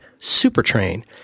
SuperTrain